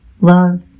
Love